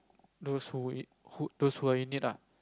those who those who are in need ah